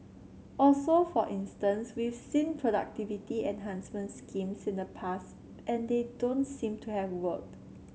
also for instance we've seen productivity enhancement schemes in the past and they don't seem to have worked